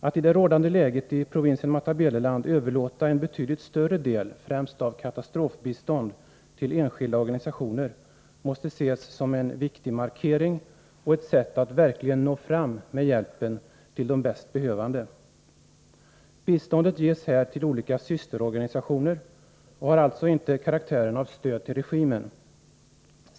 Att i det rådande läget i provinsen Matabeleland överlåta en betydligt större del av främst katastrofbiståndet till enskilda organisationer måste ses som en viktig markering och ett sätt att verkligen försöka nå fram med hjälpen till de mest behövande. Biståndet ges här till olika systerorganisationer och har alltså inte karaktären av stöd till regimen.